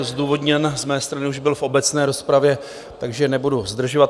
Zdůvodněn z mé strany už byl v obecné rozpravě, takže nebudu zdržovat.